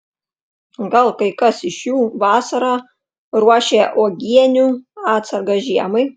gal kai kas iš jų vasarą ruošia uogienių atsargas žiemai